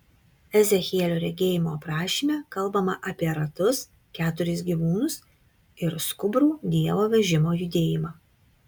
ezechielio regėjimo aprašyme kalbama apie ratus keturis gyvūnus ir skubrų dievo vežimo judėjimą